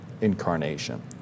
incarnation